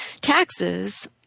taxes